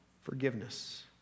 forgiveness